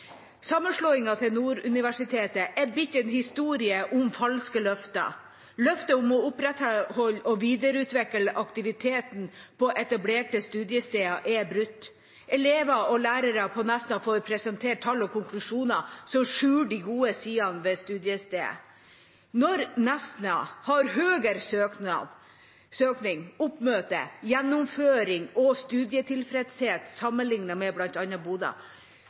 til Nord universitet er blitt en historie om falske løfter. Løftet om å opprettholde og videreutvikle aktiviteten på etablerte studiesteder er brutt. Elever og lærere på Nesna får presentert tall og konklusjoner som skjuler de gode sidene ved studiestedet. Når Nesna har høyere søkning, oppmøte, gjennomføring og studietilfredshet sammenlignet med